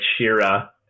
Shira